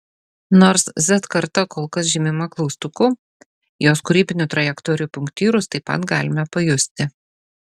nors z karta kol kas žymima klaustuku jos kūrybinių trajektorijų punktyrus taip pat galime pajusti